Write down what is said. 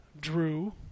Drew